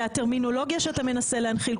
והטרמינולוגיה שאתה מנסה להנחיל,